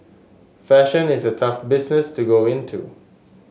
fashion is a tough business to go into